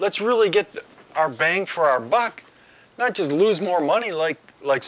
let's really get our bang for our buck not just lose more money like like